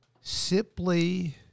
simply